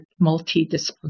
multidisciplinary